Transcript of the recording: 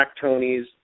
Tony's